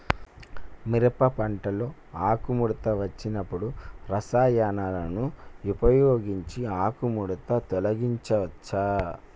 మిరప పంటలో ఆకుముడత వచ్చినప్పుడు రసాయనాలను ఉపయోగించి ఆకుముడత తొలగించచ్చా?